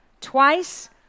twice